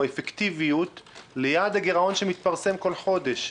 אפקטיביות ליעד הגירעון שמתפרסם בכל חודש.